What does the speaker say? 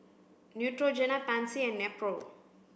Neutrogena Pansy and Nepro